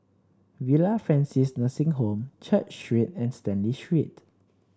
Villa Francis Nursing Home Church Street and Stanley Street